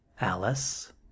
Alice